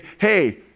hey